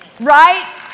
right